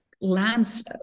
lands